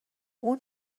اون